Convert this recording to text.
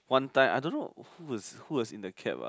one time I don't know who was who was in the cab lah